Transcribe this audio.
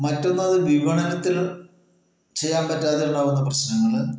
മറ്റൊന്ന് അത് വിപണനത്തിൽ ചെയ്യാൻ പറ്റാതെ ഉണ്ടാവുന്ന പ്രശ്നങ്ങൾ